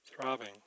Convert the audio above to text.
throbbing